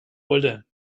wolle